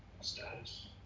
status